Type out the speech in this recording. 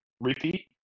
Repeat